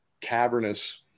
Cavernous